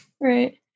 right